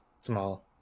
Small